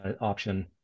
option